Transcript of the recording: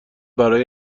برای